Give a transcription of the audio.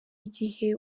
igihe